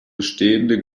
bestehende